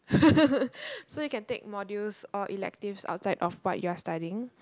so you can take modules or electives outside of what you're studying